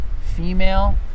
female